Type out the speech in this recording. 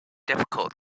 difficult